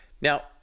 Now